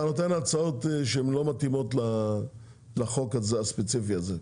אתה נותן הצעות שהן לא מתאימות לחוק הספציפי הזה.